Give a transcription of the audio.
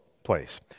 place